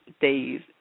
day's